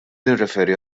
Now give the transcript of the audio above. nirreferi